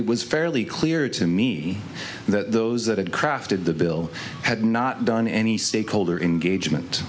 it was fairly clear to me that those that had crafted the bill had not done any stakeholder in gauge meant